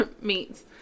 meats